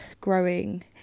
growing